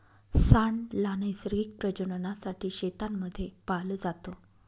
सांड ला नैसर्गिक प्रजननासाठी शेतांमध्ये पाळलं जात